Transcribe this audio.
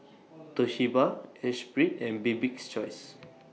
Toshiba Esprit and Bibik's Choice